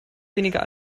weniger